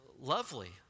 lovely